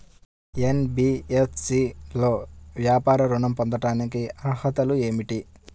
NBFC లో వ్యాపార ఋణం పొందటానికి అర్హతలు ఏమిటీ?